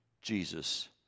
Jesus